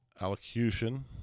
allocution